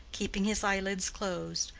keeping his eyelids closed,